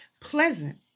Pleasant